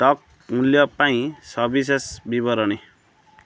stock ମୂଲ୍ୟ ପାଇଁ ସବିଶେଷ ବିବରଣୀ